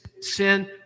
sin